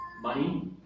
money